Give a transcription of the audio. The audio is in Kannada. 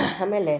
ಆಮೇಲೆ